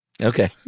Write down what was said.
Okay